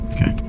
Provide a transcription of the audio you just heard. Okay